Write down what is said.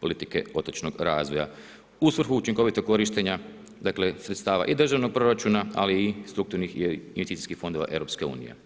politike otočnog razvoja, u svrhu učinkovitog korištenja sredstava i državnog proračuna, ali i strukturnih i investicijskih fondova EU.